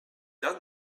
done